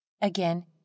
Again